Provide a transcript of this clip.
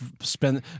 spend –